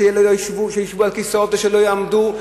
ושישבו על כיסאות ולא יעמדו,